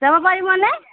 যাবা পাৰিবনে